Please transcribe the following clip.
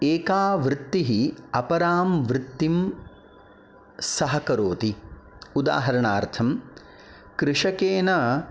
एका वृत्तिः अपरां वृत्तिं सहकरोति उदाहरणार्थं कृषकेन